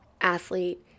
athlete